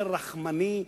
יותר רחמני,